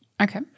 Okay